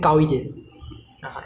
我第三个 wish 就是